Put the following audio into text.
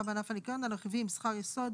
בענף הניקיון על הרכיבים הבאים: שכר יסוד,